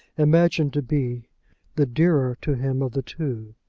imagined to be the dearer to him of the two.